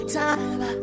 time